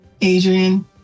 Adrian